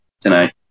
tonight